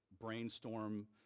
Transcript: brainstorm